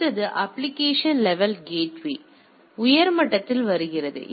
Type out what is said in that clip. அடுத்தது application level gateway அல்லது உயர் மட்டத்தில் வருகிறது